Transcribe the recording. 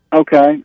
Okay